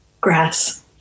Grass